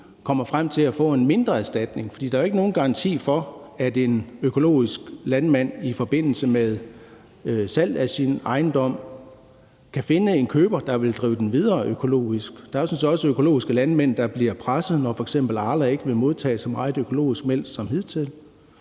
kommer frem til at få en mindre erstatning. For der er jo ikke nogen garanti for, at en økologisk landmand i forbindelse med salg af sin ejendom kan finde en køber, der vil drive den videre økologisk. Der er jo sådan set også økologiske landmænd, der bliver presset, når f.eks. Arla ikke vil modtage så meget økologisk mælk som hidtil.